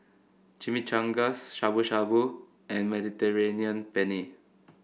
Chimichangas Shabu Shabu and Mediterranean Penne